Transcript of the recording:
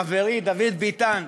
חברי דוד ביטן,